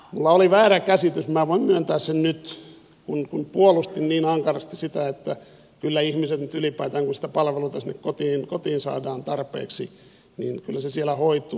minulla oli väärä käsitys minä voin myöntää sen nyt kun puolustin niin ankarasti sitä että kyllä se nyt ylipäätään kun niitä palveluita sinne kotiin saadaan ihmisille tarpeeksi siellä hoituu